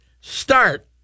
start